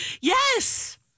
Yes